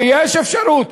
ויש אפשרות,